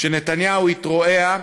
שנתניהו התרועע,